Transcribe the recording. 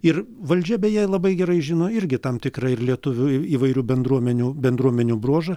ir valdžia beje labai gerai žino irgi tam tikrą ir lietuvių įvairių bendruomenių bendruomenių bruožą